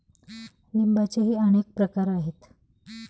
लिंबाचेही अनेक प्रकार आहेत